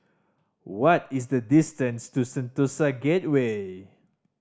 what is the distance to Sentosa Gateway